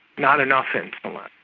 not enough insulin.